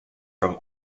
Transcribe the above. from